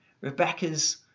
Rebecca's